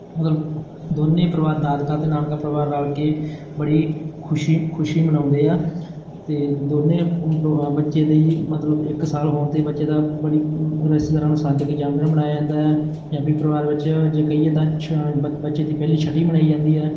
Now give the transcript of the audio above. ਮਤਲਬ ਦੋਨੇ ਪਰਿਵਾਰ ਦਾਦਕਾ ਅਤੇ ਨਾਨਕਾ ਪਰਿਵਾਰ ਰਲ ਕੇ ਬੜੀ ਖੁਸ਼ੀ ਖੁਸ਼ੀ ਮਨਾਉਂਦੇ ਆ ਅਤੇ ਦੋਨੇ ਬੱਚੇ ਦੇ ਮਤਲਬ ਇੱਕ ਸਾਲ ਹੋਣ 'ਤੇ ਬੱਚੇ ਦਾ ਬੜੀ ਰਿਸ਼ਤੇਦਾਰਾਂ ਨੂੰ ਸੱਦ ਕੇ ਜਨਮਦਿਨ ਮਨਾਇਆ ਜਾਂਦਾ ਹੈ ਪੰਜਾਬੀ ਪਰਿਵਾਰ ਵਿੱਚ ਜੇ ਕਹੀਏ ਤਾਂ ਛ ਬ ਬੱਚੇ ਦੀ ਪਹਿਲੀ ਛਟੀ ਮਨਾਈ ਜਾਂਦੀ ਹੈ